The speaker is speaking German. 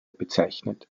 bezeichnet